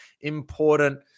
important